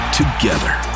together